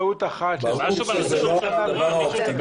ברור שזה לא הפתרון האופטימלי,